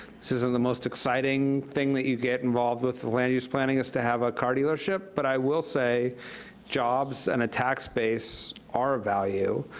this isn't the most exciting thing that you get involved land use planning is to have a car dealership, but i will say jobs and a tax base are a value.